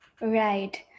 Right